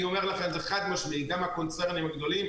עובר להפסד, חד משמעית, גם הקונצרנים הגדולים.